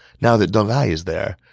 now that deng ai is there,